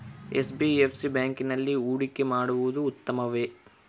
NBFC ಬ್ಯಾಂಕಿನಲ್ಲಿ ಹೂಡಿಕೆ ಮಾಡುವುದು ಉತ್ತಮವೆ?